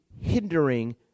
hindering